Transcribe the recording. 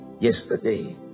yesterday